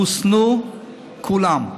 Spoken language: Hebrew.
חוסנו כולם,